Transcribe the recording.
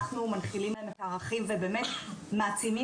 אנחנו מנחילים להם את הערכים ובאמת מעצימים